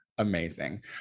amazing